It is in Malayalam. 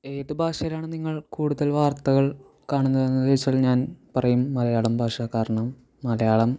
ഏത് ഭാഷയിലാണ് നിങ്ങൾ കൂടുതൽ വാർത്തകൾ കാണുന്നതെന്ന് ചോദിച്ചാൽ ഞാൻ പറയും മലയാളം ഭാഷ കാരണം മലയാളം